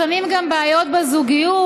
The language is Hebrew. לפעמים גם בעיות בזוגיות.